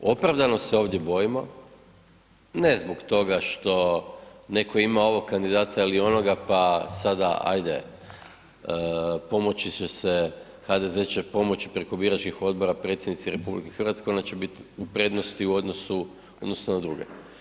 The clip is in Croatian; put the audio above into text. Opravdano se ovdje bojimo, ne zbog toga što neko ima ovog kandidata ili onoga pa sada ajde pomoći će se, HDZ će pomoći preko biračkih odbora predsjednici RH, ona će biti u prednosti u odnosu na druge.